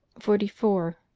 forty four.